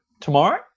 tomorrow